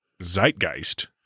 zeitgeist